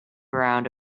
around